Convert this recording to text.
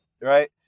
right